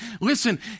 Listen